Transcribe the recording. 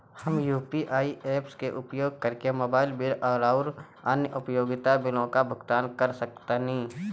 हम UPI apps के उपयोग करके मोबाइल बिल आउर अन्य उपयोगिता बिलों का भुगतान कर सकतानी